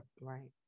right